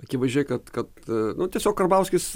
akivaizdžiai kad kad nu tiesiog karbauskis